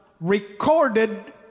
recorded